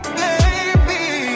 baby